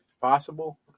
possible